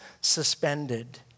suspended